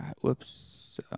whoops